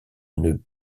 une